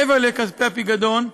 מעבר לכספי הפיקדון,